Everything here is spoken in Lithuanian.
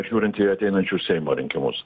žiūrint į ateinančius seimo rinkimus